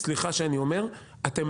וסליחה שאני אומר את זה.